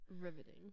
Riveting